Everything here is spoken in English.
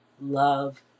love